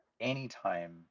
Anytime